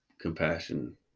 compassion